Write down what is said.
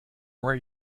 where